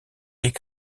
est